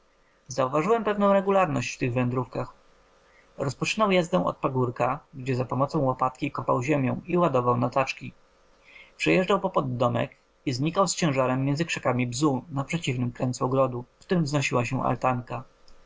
zauważyłem pewną regularność w tych wędrówkach rozpoczynał jazdę od pagórka gdzie zapomocą łopatki kopał ziemię i ładował na taczki przejeżdżał popod domek i znikał z ciężarem między krzakami bzu na przeciwnym krańcu ogrodu w którym wznosiła się altanka